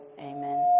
Amen